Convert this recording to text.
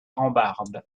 rambarde